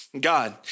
God